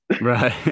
right